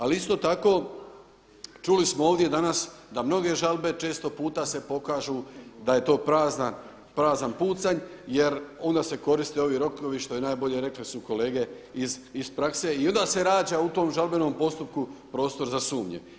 Ali isto tako, čuli smo ovdje danas da mnoge žalbe često puta se pokažu da je to prazan pucanj jer onda se koriste ovi rokovi što je najbolje, rekli su kolege iz prakse i onda se rađa u tom žalbenom postupku prostor za sumnje.